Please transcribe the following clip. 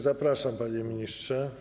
Zapraszam, panie ministrze.